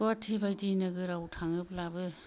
गवाहाटी बायदि नोगोरआव थाङोब्लाबो